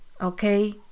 Okay